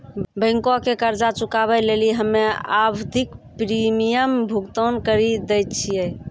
बैंको के कर्जा चुकाबै लेली हम्मे आवधिक प्रीमियम भुगतान करि दै छिये